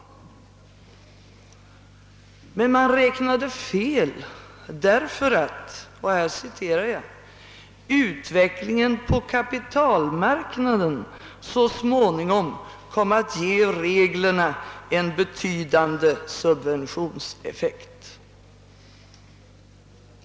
Men man räknade fel därför att »utvecklingen på kapitalmarknaden så småningom kom att ge reglerna en betydande subventionseffekt».